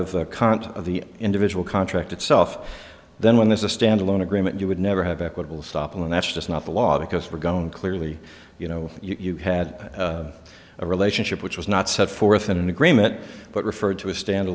of the individual contract itself then when there's a standalone agreement you would never have equitable stoppel and that's just not the law because we're going clearly you know you had a relationship which was not set forth in an agreement but referred to a stand